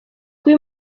kuba